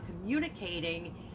communicating